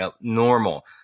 normal